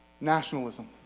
Nationalism